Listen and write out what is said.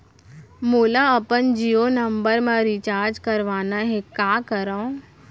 मोला अपन जियो नंबर म रिचार्ज करवाना हे, का करव?